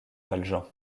valjean